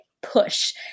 push